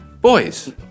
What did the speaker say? Boys